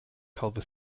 culver